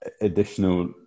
additional